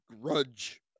grudge